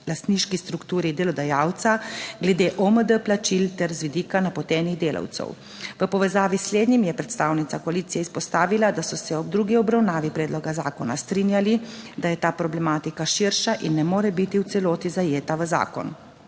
v lastniški strukturi delodajalca, glede OMD plačil ter z vidika napotenih delavcev. V povezavi s slednjim je predstavnica koalicije izpostavila, da so se ob drugi obravnavi predloga zakona strinjali, da je ta problematika širša in ne more biti v celoti zajeta v zakon.